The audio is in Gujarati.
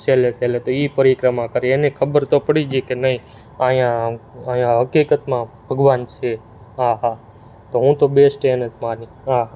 છેલ્લે છેલ્લે તો એ પરિક્રમા કરે એને ખબર તો પડી ગઈ કે નહીં અહીંયા અહીંયા હકીકતમાં ભગવાન છે હા હા તો હું તો બેસ્ટ એને જ માનું હા